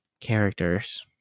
characters